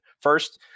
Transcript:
First